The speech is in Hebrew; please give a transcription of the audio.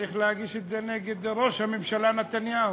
צריך להגיש את זה נגד ראש הממשלה נתניהו.